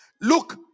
Look